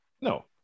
No